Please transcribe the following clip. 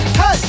hey